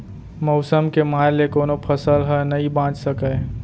मउसम के मार ले कोनो फसल ह नइ बाच सकय